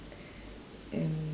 and